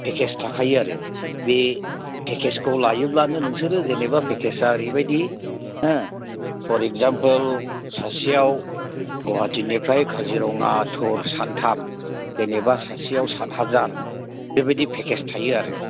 package थाखायो आरो बे पेकेजखौ लायोब्लानो नोंसोरो जेनेबा पेकेजआ ओरैबायदि हो फर इग्जाम्पोल सासेआव गुवाहाटिनिफ्राय काजिरङा थुर सानथाम जेनेबा सासेआव साथ हाजार बेबायदि पेकेज थायो आरो